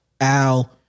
al